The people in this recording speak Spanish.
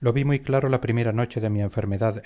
lo vi muy claro la primera noche de mi enfermedad